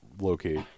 locate